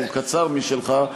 והוא קצר משלך: